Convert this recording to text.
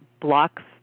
blocks